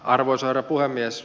arvoisa herra puhemies